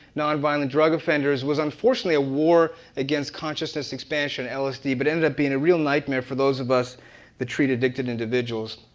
nonviolent drug offenders was unfortunately a war against consciousness expansion, lsd, but ended up being a real nightmare for those of us that treat addicted individuals.